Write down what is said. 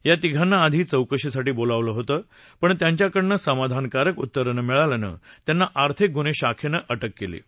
या तिघांना आधी चौकशीसाठी बोलवलं होतं पण त्यांच्याकडनं समाधानकारक उत्तर न मिळाल्यानं त्यांना आर्थिक गुन्हे शाखेनं अटक केली आहे